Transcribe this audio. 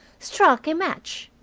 struck a match.